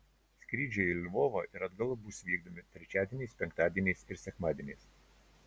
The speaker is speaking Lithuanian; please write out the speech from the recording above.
skrydžiai į lvovą ir atgal bus vykdomi trečiadieniais penktadieniais ir sekmadieniais